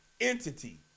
entity